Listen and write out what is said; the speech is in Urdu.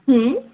ہوں